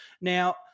now